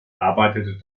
arbeitete